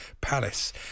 Palace